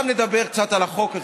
עכשיו נדבר קצת על החוק הזה.